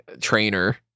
trainer